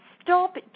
stop